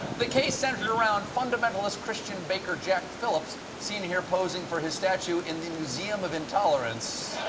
the case centered around fundamentalist christian baker jack philips seen here posing for his statue in the museum of intolerance.